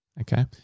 okay